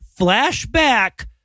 flashback